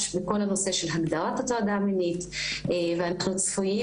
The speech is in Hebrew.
בכל הנושא של הגדרת הטרדה מינית ואנחנו צפויים